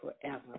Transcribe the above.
forever